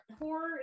horror